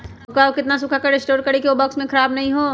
मक्का को कितना सूखा कर स्टोर करें की ओ बॉक्स में ख़राब नहीं हो?